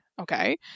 okay